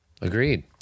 agreed